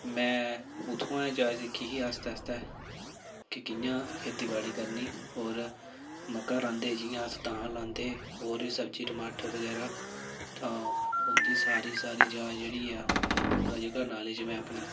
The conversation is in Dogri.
में उत्थुआं ही जांच सिक्खी ही आस्तै आस्तै कि कियां खेतीबाड़ी करनी होर मक्कां रांह्दे जियां अस धान लांदे होर एह् सब्ज़ी टमाटर बगैरा तां उं'दी सारी सारी जाच जेह्ड़ी ऐ ओह् पूरा जेह्का नालेज़ में अपने